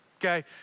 Okay